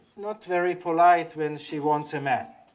not very polite when she wants a man.